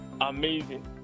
amazing